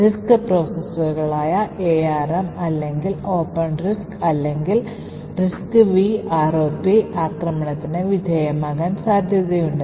RISC പ്രോസസ്സറുകളായ ARM അല്ലെങ്കിൽ OpenRISC അല്ലെങ്കിൽ RISC V ROP ആക്രമണത്തിന് വിധേയമാകാൻ സാധ്യതയുണ്ട്